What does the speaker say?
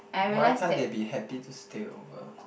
why can't they be happy to stay over